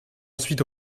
ensuite